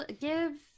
Give